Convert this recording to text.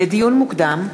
לדיון מוקדם: